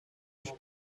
els